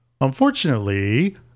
Unfortunately